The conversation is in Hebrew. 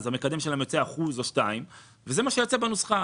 המקדם שלהם יוצא 1% או 2%. זה מה שיוצא בנוסחה,